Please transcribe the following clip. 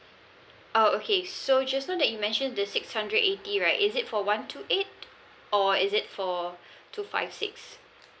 oh okay so just now that you mentioned the six hundred eighty right is it for one two eight or is it for two five six